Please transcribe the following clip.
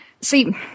see